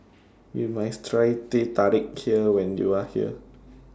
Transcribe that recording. YOU must Try Teh Tarik when YOU Are here